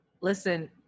Listen